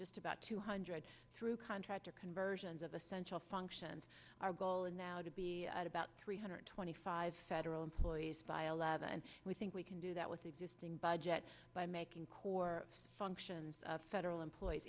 just about two hundred through contractor conversions of essential functions our goal is now to be at about three hundred twenty five federal employees file level and we think we can do that with existing budgets by making core functions federal employees